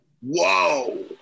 Whoa